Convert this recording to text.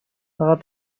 فقط